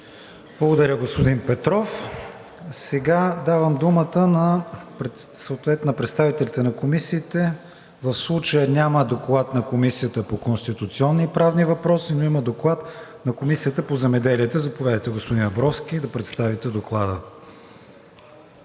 Благодаря, господин Петров. Сега давам думата съответно на представителите на комисиите, а в случая няма доклад на Комисията по конституционни и правни въпроси, но има доклад на Комисията по земеделието, храните и горите. Заповядайте, господин Абровски, да представите Доклада.